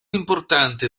importante